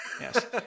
Yes